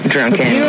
Drunken